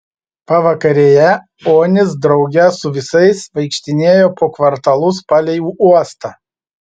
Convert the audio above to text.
pavakarėje onis drauge su visais vaikštinėjo po kvartalus palei uostą